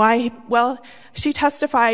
why well she testified